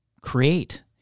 create